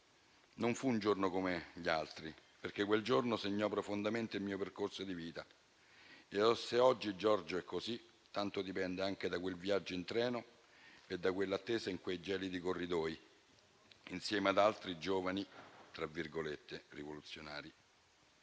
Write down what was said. Non fu un giorno come gli altri, perché quel giorno segnò profondamente il mio percorso di vita. E se oggi Giorgio è così, tanto dipende anche da quel viaggio in treno e da quell'attesa in quei gelidi corridoi, insieme ad altri giovani "rivoluzionari".